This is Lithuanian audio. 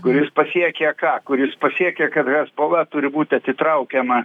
kuris pasiekė ką kuris pasiekė kad hezbola turi būti atitraukiama